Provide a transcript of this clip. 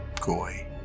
Goy